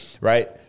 right